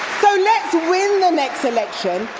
so let's win the next election,